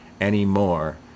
anymore